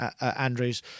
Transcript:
Andrews